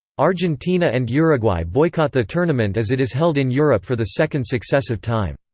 argentina and uruguay boycott the tournament as it is held in europe for the second successive time.